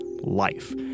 life